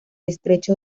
estrecho